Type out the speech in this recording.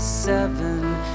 seven